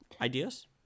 Ideas